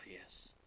yes